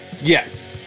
Yes